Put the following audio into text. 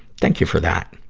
thank you for that.